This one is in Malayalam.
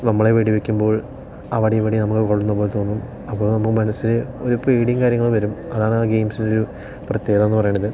നമ്മളെ വെടി വെക്കുമ്പോൾ അവടെയുമിവിടെയും നമ്മൾ കൊള്ളുന്നതു പോലെ തോന്നും അപ്പോൾ നമ്മുടെ മനസ്സിന് ഒരു പേടിയും കാര്യങ്ങൾ വരും അതാണ് ആ ഗെയിംസിൻ്റെ ഒരു പ്രത്യേകതയെന്ന് പറയുന്നത്